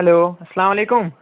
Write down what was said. hello السلام علیکُم